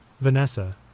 Vanessa